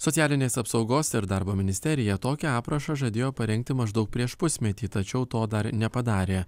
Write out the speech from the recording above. socialinės apsaugos ir darbo ministerija tokį aprašą žadėjo parengti maždaug prieš pusmetį tačiau to dar nepadarė